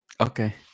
Okay